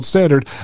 Standard